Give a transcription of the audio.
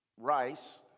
rice